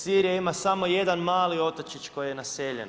Sirija ima samo jedan mali otočić koji je naseljen.